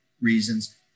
reasons